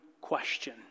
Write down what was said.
question